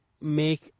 make